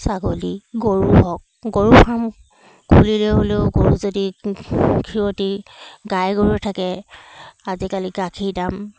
ছাগলী গৰু হওক গৰু ফাৰ্ম খুলিলে হ'লেও গৰু যদি খীৰতী গাই গৰু থাকে আজিকালি গাখীৰ দাম